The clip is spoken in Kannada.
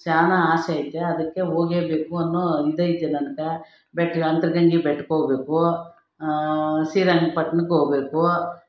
ಶಾನೆ ಆಸೆ ಐತೆ ಅದಕ್ಕೆ ಹೋಗೇಬೇಕು ಅನ್ನೋ ಇದು ಐತೆ ನನ್ಗೆ ಬೆಟ್ಕ್ ಅಂತರ್ಗಂಗೆ ಬೆಟ್ಟಕ್ಕೆ ಹೋಗ್ಬೇಕು ಶ್ರೀರಂಗ್ ಪಟ್ಣಕ್ಕೆ ಹೋಗ್ಬೇಕು